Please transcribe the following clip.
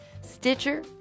Stitcher